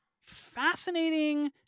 fascinating